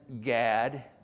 Gad